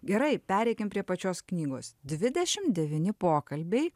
gerai pereikim prie pačios knygos dvidešim devyni pokalbiai